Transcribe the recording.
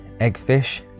Eggfish